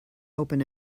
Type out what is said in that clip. open